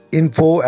info